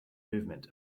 movement